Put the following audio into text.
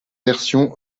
version